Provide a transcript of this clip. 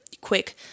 quick